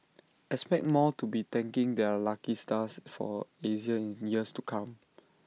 expect more to be thanking their lucky stars for Asia in years to come